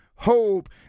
hope